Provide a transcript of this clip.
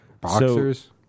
Boxers